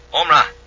Omra